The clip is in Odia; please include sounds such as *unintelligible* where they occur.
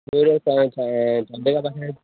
ପୁରୀର *unintelligible* ପାଖରେ